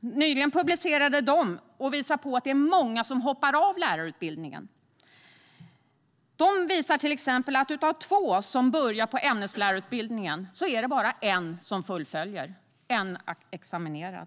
nyligen publicerat, som visar att det är många som hoppar av lärarutbildningen. Statistiken visar till exempel att av två som börjar på ämneslärarutbildningen är det bara en som fullföljer den och blir examinerad.